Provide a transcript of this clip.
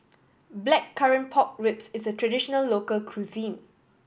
Blackcurrant Pork Ribs is a traditional local cuisine